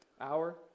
hour